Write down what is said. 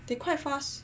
they quite fast